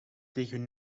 tegen